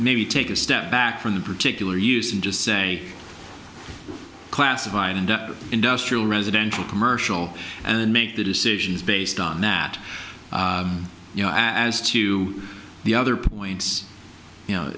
maybe take a step back from that particular use and just say classified and industrial residential commercial and make the decisions based on that you know as to the other points you know